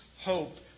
hope